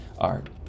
art